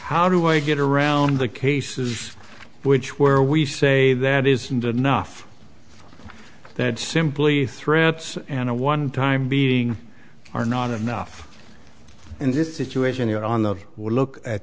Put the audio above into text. how do i get around the cases which where we say that isn't enough that simply threats and a one time being are not enough in this situation you're on the look at